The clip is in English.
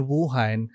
Wuhan